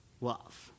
love